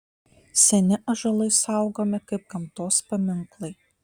seni ąžuolai saugomi kaip gamtos paminklai